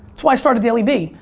it's why i started dailyvee.